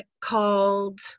called